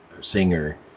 singer